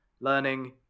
learning